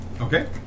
Okay